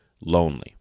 lonely